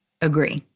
agree